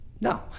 No